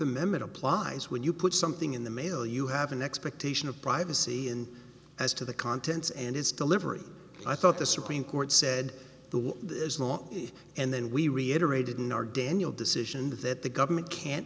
amendment applies when you put something in the mail you have an expectation of privacy and as to the contents and its delivery i thought the supreme court said the war is not and then we reiterated in our daniel decision that the government can't